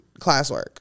Classwork